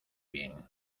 bien